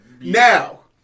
Now